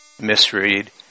misread